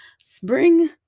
spring